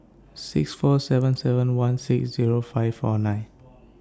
six four seven seven one six Zero five four nine